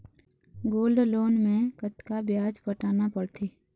Gold loan मे कतका ब्याज पटाना पड़थे?